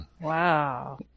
Wow